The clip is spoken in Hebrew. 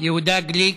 יהודה גליק.